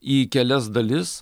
į kelias dalis